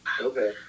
okay